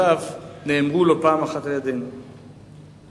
ועקרונותיו נאמרו על-ידינו לא פעם.